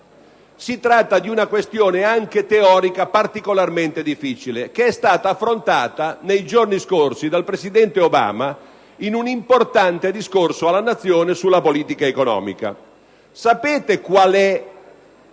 Si tratta di una questione anche teorica particolarmente difficile, che è stata affrontata nei giorni scorsi dal presidente Obama in un importante discorso alla Nazione sulla politica economica. Sapete qual é